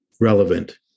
relevant